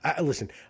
Listen